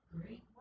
Great